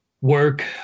work